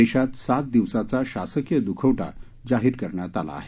देशात सात दिवसाचा शासकीय द्खवटा जाहीर करण्यात आला आहे